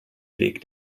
weg